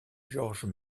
georges